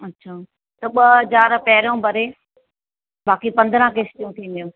अच्छा त ॿ हज़ार पहिरों भरे बाक़ी पंद्रहां किस्तूं थींदीयूं